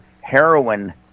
heroin